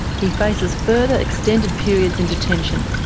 he faces further extended periods in detention.